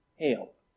help